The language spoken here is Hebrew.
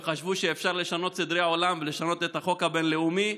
וחשבו שאפשר לשנות סדרי עולם ולשנות את החוק הבין-לאומי,